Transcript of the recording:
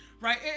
Right